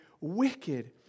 wicked